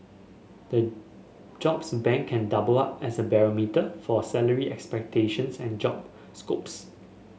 the jobs bank can double up as a barometer for a salary expectations and job scopes